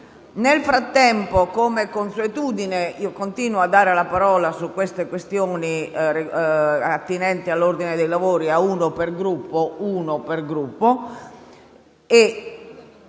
Nel frattempo, come consuetudine, continuo a dare la parola sulle questioni attinenti all'ordine dei lavori a un senatore per Gruppo.